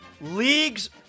Leagues